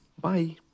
Bye